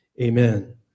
Amen